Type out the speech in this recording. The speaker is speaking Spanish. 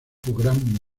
gran